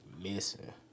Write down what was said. Missing